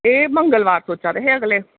एह् मंगलवार सोचा दे हे अगले